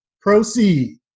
proceed